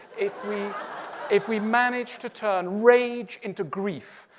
if we if we manage to turn rage into grief,